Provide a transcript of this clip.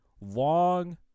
long